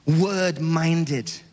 word-minded